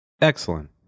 Excellent